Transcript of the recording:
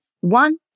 one